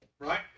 Right